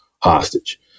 hostage